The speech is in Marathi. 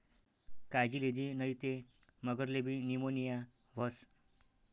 कायजी लिदी नै ते मगरलेबी नीमोनीया व्हस